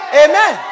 amen